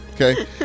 okay